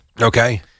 Okay